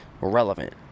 relevant